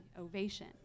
ovation